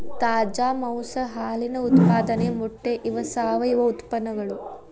ತಾಜಾ ಮಾಂಸಾ ಹಾಲಿನ ಉತ್ಪಾದನೆ ಮೊಟ್ಟೆ ಇವ ಸಾವಯುವ ಉತ್ಪನ್ನಗಳು